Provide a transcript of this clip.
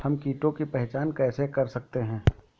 हम कीटों की पहचान कैसे कर सकते हैं?